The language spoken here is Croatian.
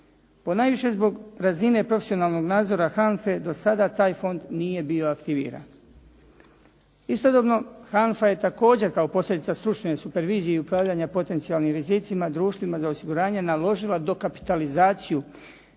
Ponajviše zbog razine profesionalnog nadzora HANFA-e do sada taj fond nije bio aktiviran. Istodobno HANFA je također kao posljedica stručne supervizije i upravljanja potencijalnim rizicima, društvima za osiguranje naložila dokapitalizaciju,